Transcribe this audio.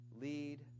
lead